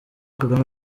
kagame